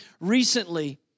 recently